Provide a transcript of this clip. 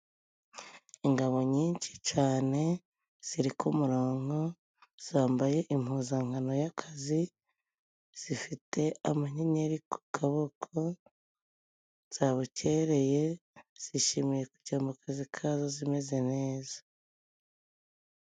Ingabo nyinshi cane ziri ku muronko，zambaye impuzankano y'akazi， zifite amanyenyeri ku kaboko，zabukereye， zishimiye kujya mu kazi kazo zimeze neza.